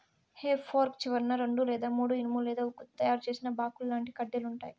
హె fork చివరన రెండు లేదా మూడు ఇనుము లేదా ఉక్కుతో తయారు చేసిన బాకుల్లాంటి కడ్డీలు ఉంటాయి